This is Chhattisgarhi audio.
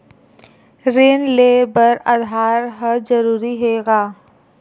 ऋण ले बर आधार ह जरूरी हे का?